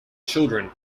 children